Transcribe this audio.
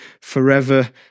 forever